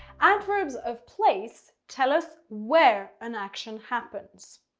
adverbs of place tell us where an action happens.